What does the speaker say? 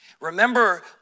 Remember